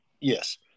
Yes